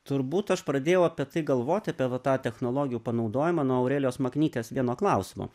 turbūt aš pradėjau apie tai galvoti apie va tą technologijų panaudojimą nuo aurelijos maknytės vieno klausimo